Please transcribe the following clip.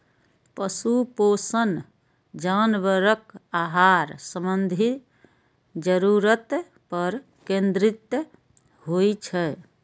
पशु पोषण जानवरक आहार संबंधी जरूरत पर केंद्रित होइ छै